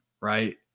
right